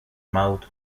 mouth